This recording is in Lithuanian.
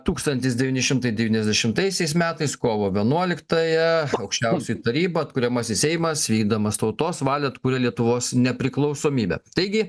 tūkstantis devyni šimati devyniasdešimtaisiais kovo vienuoliktąją aukščiausioji taryba atkuriamasis seimas vykdydamas tautos valią atkūrė lietuvos nepriklausomybę taigi